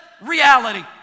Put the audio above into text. reality